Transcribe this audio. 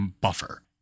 buffer